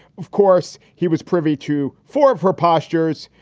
of course, he was privy to four of her postures.